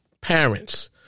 parents